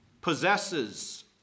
possesses